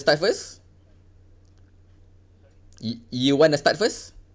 start first y~ you want to start first